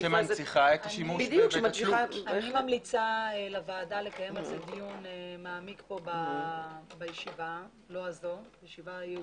אני ממליצה לוועדה לקיים על זה דיון מעמיק בישיבה ייעודית.